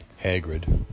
Hagrid